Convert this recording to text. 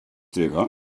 druva